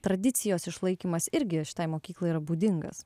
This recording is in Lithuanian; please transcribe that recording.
tradicijos išlaikymas irgi šitai mokyklai yra būdingas